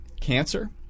cancer